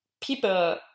people